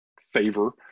favor